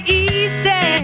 easy